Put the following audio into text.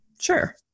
sure